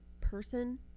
person